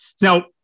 Now